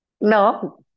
No